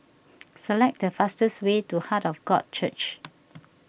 select the fastest way to Heart of God Church